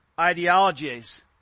ideologies